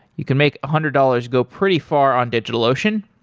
you can make a hundred dollars go pretty far on digitalocean.